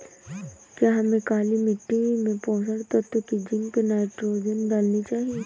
क्या हमें काली मिट्टी में पोषक तत्व की जिंक नाइट्रोजन डालनी चाहिए?